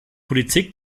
politik